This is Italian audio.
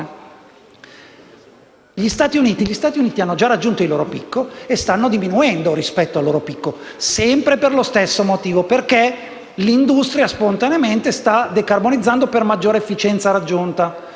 Gli Stati Uniti hanno già raggiunto il loro picco e stanno diminuendo rispetto al loro picco, sempre per lo stesso motivo. Perché l'industria, spontaneamente, sta decarbonizzando per maggiore efficienza raggiunta.